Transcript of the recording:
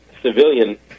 civilian